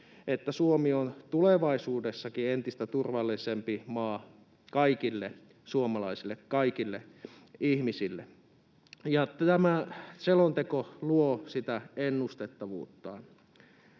että Suomi on tulevaisuudessakin entistä turvallisempi maa kaikille suomalaisille, kaikille ihmisille, ja tämä selonteko luo sitä ennustettavuutta.